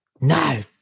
No